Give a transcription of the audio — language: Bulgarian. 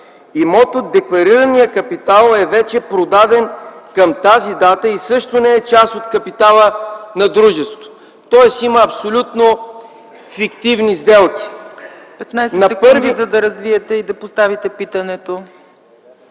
Имот от декларирания капитал е вече продаден към тази дата и също не е част от капитала на дружеството. Тоест има абсолютно фиктивни сделки. ПРЕДСЕДАТЕЛ ЦЕЦКА ЦАЧЕВА: Петнадесет секунди, за да развиете и да поставите питането.